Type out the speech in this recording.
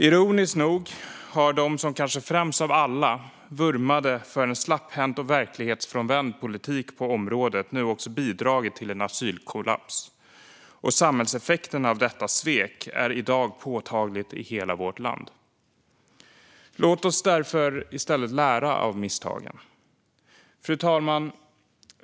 Ironiskt nog har de som kanske främst av alla vurmade för en slapphänt och verklighetsfrånvänd politik på området nu också bidragit till en asylkollaps. Samhällseffekterna av detta svek är i dag påtagliga i hela vårt land. Låt oss därför lära av misstagen. Fru talman!